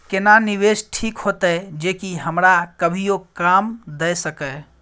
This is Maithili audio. केना निवेश ठीक होते जे की हमरा कभियो काम दय सके?